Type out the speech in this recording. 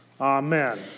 Amen